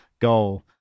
goal